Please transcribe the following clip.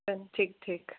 हां ठीक ठीक